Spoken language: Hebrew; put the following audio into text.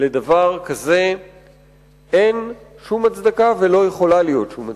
לדבר כזה אין שום הצדקה ולא יכולה להיות שום הצדקה.